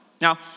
Now